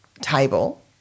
table